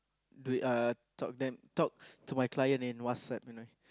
do it uh talk them talk to my client in WhatsApp you know